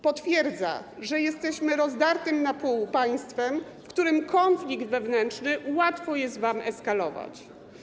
Potwierdza, że jesteśmy rozdartym na pół państwem, w którym konflikt wewnętrzny łatwo jest wam eskalować.